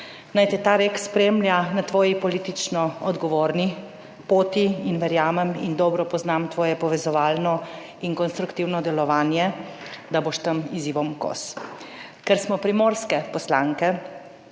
Naj te ta rek spremlja na tvoji politično odgovorni poti in verjamem in dobro poznam tvoje povezovalno in konstruktivno delovanje, da boš tem izzivom kos. Ker smo primorske poslanke